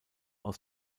aus